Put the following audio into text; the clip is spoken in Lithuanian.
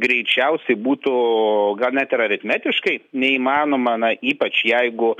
greičiausiai būtų gal net ir aritmetiškai neįmanoma na ypač jeigu